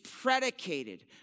predicated